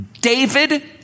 David